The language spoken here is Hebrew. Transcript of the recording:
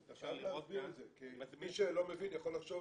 אבל אתה חייב להסביר את זה כי מי שלא מבין יכול לחשוב